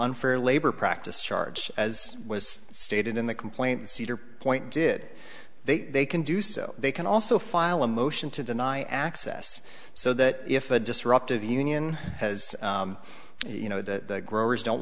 unfair labor practice charge as was stated in the complaint cedar point did they they can do so they can also file a motion to deny access so that if a disruptive union has you know the growers don't